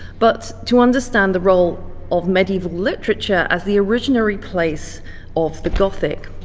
but to understand the role of medieval literature as the originary place of the gothic.